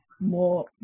more